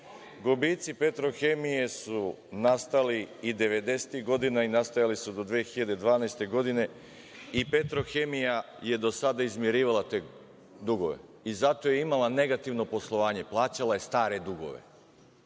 Gubici „Petrohemije“ su nastali i devedesetih godina i nastajali su do 2012. godine i „Petrohemija“ je do sada izmirivala te dugove. Zato je imala negativno poslovanje. Plaćala je stare dugove